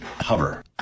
Hover